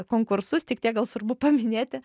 konkursus tik tiek gal svarbu paminėti